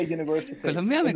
University